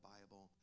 Bible